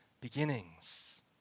beginnings